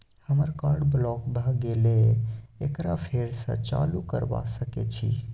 हमर card block भ गेले एकरा फेर स चालू करबा सके छि?